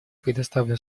предоставляю